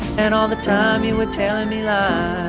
and all the time, you were telling me lies,